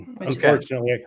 unfortunately